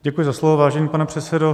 Děkuji za slovo, vážený pane předsedo.